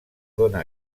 dóna